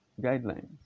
guidelines